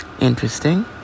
Interesting